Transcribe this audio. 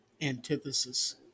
Antithesis